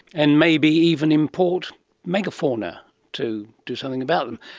and maybe even import mega-fauna to do something about them.